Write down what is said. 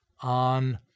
on